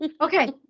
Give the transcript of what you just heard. Okay